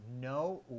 no